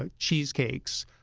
ah cheesecakes,